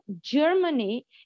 germany